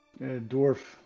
dwarf